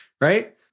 right